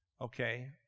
Okay